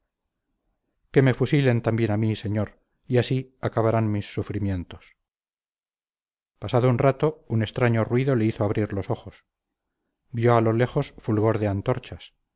que me fusilen también a mí señor y así acabarán mis sufrimientos pasado un rato un extraño ruido le hizo abrir los ojos vio a lo lejos fulgor de antorchas